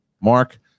Mark